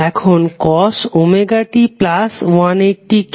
এখন cos ωt180 কি